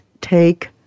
take